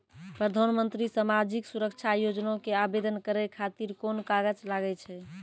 प्रधानमंत्री समाजिक सुरक्षा योजना के आवेदन करै खातिर कोन कागज लागै छै?